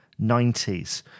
90s